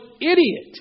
idiot